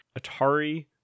Atari